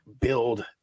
build